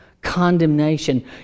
condemnation